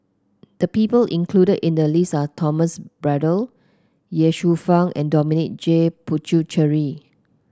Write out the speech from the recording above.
the people included in the list are Thomas Braddell Ye Shufang and Dominic J Puthucheary